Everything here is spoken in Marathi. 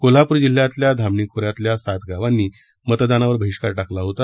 कोल्हापूर जिल्ह्यातल्या धामणी खोऱ्यातल्या सात गावांनी मतदानावर बहिष्कार टाकला होता